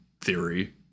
theory